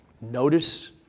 Notice